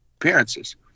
appearances